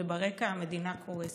וברקע המדינה קורסת.